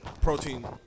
protein